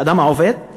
האדם העובד?